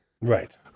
Right